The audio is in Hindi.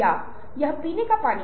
अच्छा नहीं है